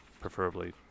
preferably